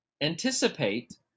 anticipate